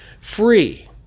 free